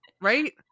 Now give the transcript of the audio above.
Right